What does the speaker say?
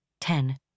ten